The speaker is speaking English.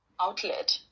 outlet